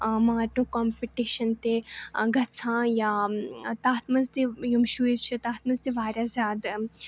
مارٹو competition تہِ گَژھان یا تَتھ منٛز تہِ یِم شُرۍ چھِ تَتھ منٛز تہِ واریاہ زیادٕ